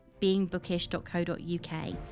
beingbookish.co.uk